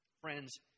friends